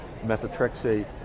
methotrexate